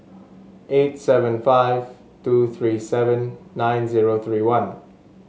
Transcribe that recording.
eight seven five two three seven nine zero three one